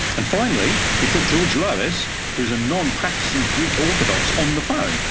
and finally, he put george lois who's a non-practicing greek orthodox on the phone.